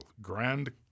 Grand